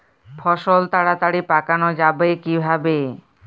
ফসল তাড়াতাড়ি পাকানো যাবে কিভাবে?